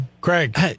Craig